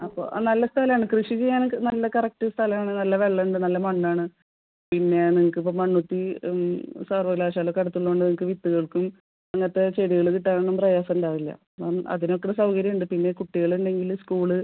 അപ്പോൾ നല്ല സ്ഥലമാണ് കൃഷി ചെയ്യാൻ നല്ല കറക്റ്റ് സ്ഥലമാണ് നല്ല വെള്ളം ഉണ്ട് നല്ല മണ്ണാണ് പിന്നെ നിങ്ങൾക്ക് ഇപ്പോൾ മണ്ണുത്തി സർവ്വകലാശാലയ്ക്കടുത്തുള്ളതുകൊണ്ട് നിങ്ങൾക്ക് വിത്തുകൾക്കും അങ്ങനെത്ത ചെടികൾ കിട്ടാനൊന്നും പ്രയാസമുണ്ടാവില്ല ആ അതിനൊക്കെ സൗകര്യമുണ്ട് പിന്നെ കുട്ടികളുണ്ടെങ്കിൽ സ്കൂൾ